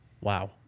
Wow